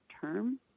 term